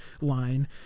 line